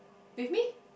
with me